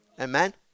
Amen